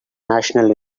national